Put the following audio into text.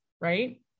right